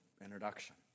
introduction